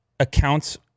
accounts